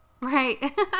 Right